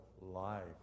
life